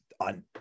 on